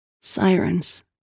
Sirens